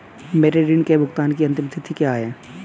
मेरे ऋण के भुगतान की अंतिम तिथि क्या है?